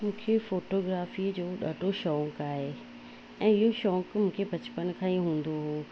मूखे फ़ोटोग्राफीअ जो ॾाढो शौक़ु आहे ऐं इहो शौक़ु मूंखे बचपन खां ई हूंदो हो